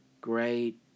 great